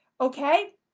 Okay